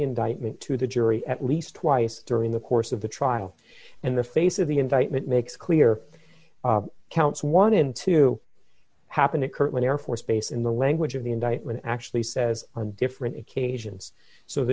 indictment to the jury at least twice during the course of the trial and the face of the indictment makes clear counts one in two happen at kirtland air force base in the language of the indictment actually says on different occasions so the